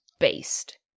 based